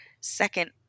second